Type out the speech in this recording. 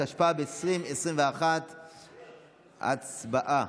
התשפ"ב 2021. הצבעה.